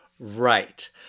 Right